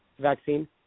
vaccine